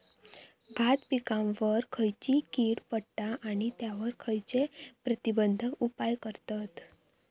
भात पिकांवर खैयची कीड पडता आणि त्यावर खैयचे प्रतिबंधक उपाय करतत?